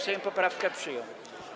Sejm poprawkę przyjął.